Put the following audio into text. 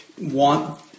want